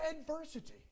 adversity